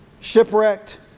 shipwrecked